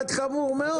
תיאור חמור מאוד